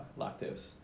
lactose